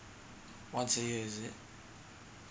once a year is it